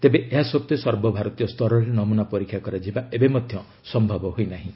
ତେବେ ଏହା ସତ୍ତ୍ୱେ ସର୍ବଭାରତୀୟ ସ୍ତରରେ ନମୁନା ପରୀକ୍ଷା କରାଯିବା ଏବେ ମଧ୍ୟ ସମ୍ଭବ ହୋଇନାହିଁ